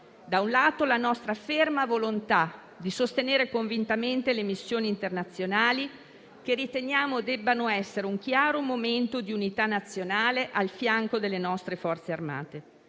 esprimiamo la nostra ferma volontà di sostenere convintamente le missioni internazionali, che riteniamo debbano essere un chiaro momento di unità nazionale al fianco delle nostre Forze armate.